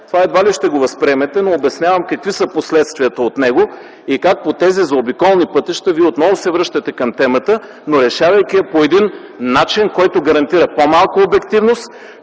Това едва ли ще го възприемете, но обяснявам какви са последствията от него и как по тези заобиколни пътища отново се връщате към темата, но решавайки я по начин, който гарантира по-малко обективност,